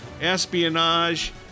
espionage